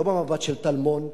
לא במבט של טלמון,